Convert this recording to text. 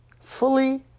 fully